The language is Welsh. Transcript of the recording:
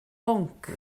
bwnc